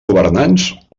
governants